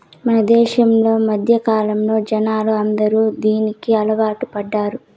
మన దేశంలో మధ్యకాలంలో జనాలు అందరూ దీనికి అలవాటు పడ్డారు